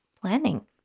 planning